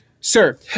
sir